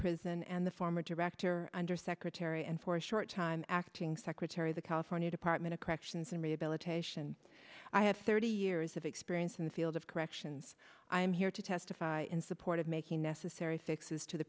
prison and the former director under secretary and for a short time acting secretary of the california department of corrections and rehabilitation i have thirty years of experience in the field of corrections i am here to testify in support of making necessary fixes to the